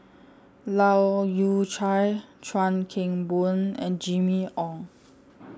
Leu Yew Chye Chuan Keng Boon and Jimmy Ong